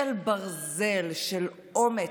של אומץ,